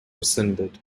rescinded